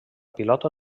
pilota